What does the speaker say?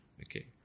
Okay